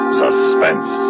suspense